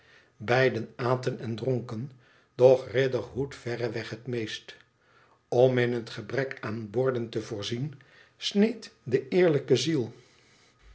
beiden aten en dronken doch riderhood verreweg het meest om in het gebrek aan borden te voorzien sneed de eerlijke ziel